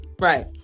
Right